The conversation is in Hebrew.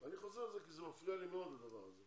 אני חוזר על זה כי זה מפריע לי מאוד הדבר הזה.